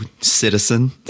citizen